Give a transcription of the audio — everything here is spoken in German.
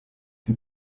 die